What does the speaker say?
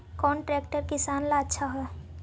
कौन ट्रैक्टर किसान ला आछा है?